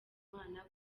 imana